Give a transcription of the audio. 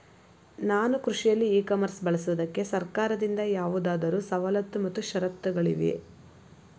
ನಾನು ಕೃಷಿಯಲ್ಲಿ e commerce ಬಳಸುವುದಕ್ಕೆ ಸರ್ಕಾರದಿಂದ ಯಾವುದಾದರು ಸವಲತ್ತು ಮತ್ತು ಷರತ್ತುಗಳಿವೆಯೇ?